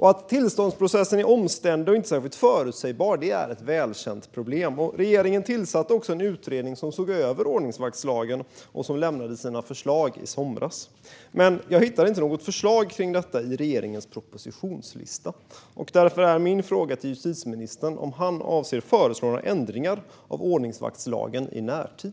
Att tillståndsprocessen är omständlig och inte särskilt förutsägbar är ett välkänt problem, och regeringen tillsatte också en utredning som såg över ordningsvaktslagen och som lämnade sina förslag i somras. Jag hittar dock inget förslag i regeringens propositionslista. Jag frågar därför: Avser justitieministern att föreslå några ändringar av ordningsvaktslagen i närtid?